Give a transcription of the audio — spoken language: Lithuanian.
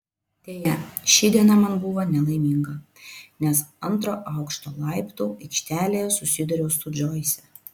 deja ši diena man buvo nelaiminga nes antro aukšto laiptų aikštelėje susidūriau su džoise